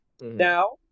Now